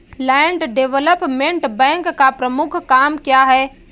Land development bank का प्रमुख काम क्या है?